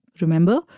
Remember